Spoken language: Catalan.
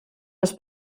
les